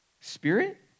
spirit